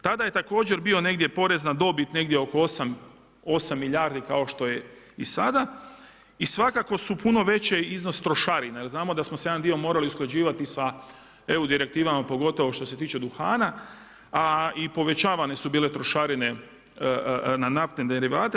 Tada je također bio negdje porez na dobit negdje oko 8 milijardi kao što je i sada i svakako su puno veće iznos trošarina jer znamo da smo se jedan dio morali usklađivati sa EU direktivama pogotovo što se tiče duhana, a i povećavane su bile trošarine na naftne derivate.